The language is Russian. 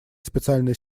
специальной